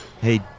Hey